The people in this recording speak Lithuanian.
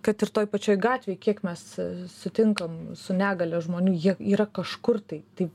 kad ir toj pačioj gatvėj kiek mes sutinkam su negalia žmonių jie yra kažkur tai tai